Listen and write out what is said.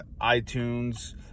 iTunes